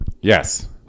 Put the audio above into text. Yes